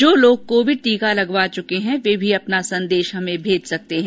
जो लोग कोविड टीका लगवा चुके हैं वे भी अपना संदेश भेज सकते हैं